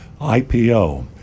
IPO